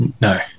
No